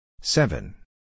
Seven